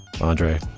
Andre